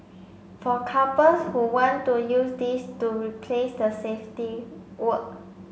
for couples who want to use this to replace the safety word